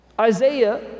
Isaiah